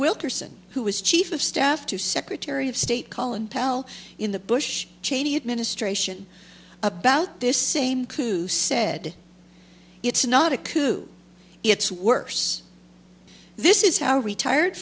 wilkerson who was chief of staff to secretary of state colin powell in the bush cheney administration about this same coup said it's not a coup it's worse this is how retired